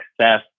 success